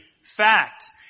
fact